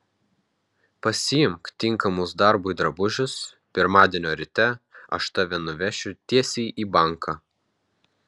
pasiimk tinkamus darbui drabužius pirmadienio ryte aš tave nuvešiu tiesiai į banką